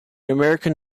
american